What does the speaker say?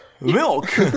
milk